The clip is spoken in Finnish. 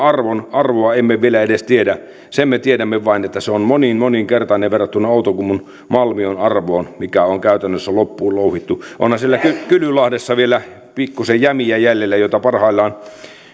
arvoa emme vielä edes tiedä sen me tiedämme vain että se on moninmoninkertainen verrattuna outokummun malmion arvoon mikä on käytännössä loppuun louhittu onhan siellä kylylahdessa vielä pikkusen jämiä jäljellä joita parhaillaan